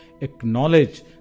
acknowledge